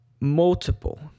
multiple